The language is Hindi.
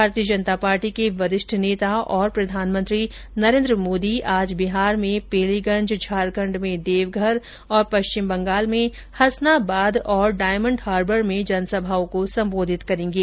भारतीय जनता पार्टी के वरिष्ठ नेता और प्रधानमंत्री नरेन्द्र मोदी आज बिहार में पालीगंज झारखंड में देवघर तथा पश्चिम बंगाल में हसनाबाद और डायमंड हार्बर में जनसभाओं को संबोधित करेंगे